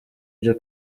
byo